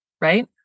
right